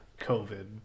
COVID